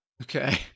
Okay